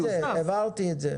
הבהרתי.